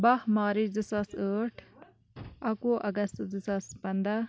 باہہ مارچ زٕساس ٲٹھ اَکہٕ وُہ اگست زٕساس پَنٛداہ